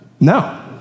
No